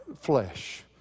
flesh